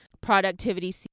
productivity